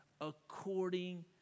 According